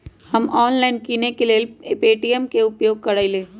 हम ऑनलाइन किनेकेँ लेल पे.टी.एम के उपयोग करइले